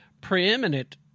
preeminent